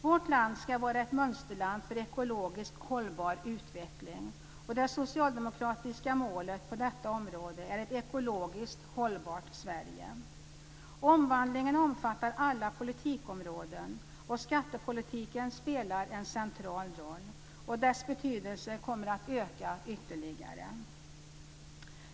Vårt land ska vara ett mönsterland för ekologiskt hållbar utveckling. Det socialdemokratiska målet på detta område är ett ekologiskt hållbart Sverige. Omvandlingen omfattar alla politikområden. Skattepolitiken spelar en central roll, och dess betydelse kommer att öka ytterligare.